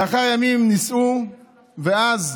לאחר ימים נישאו, ואז